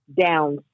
down